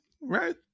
right